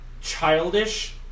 childish